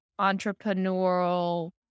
entrepreneurial